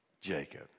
Jacob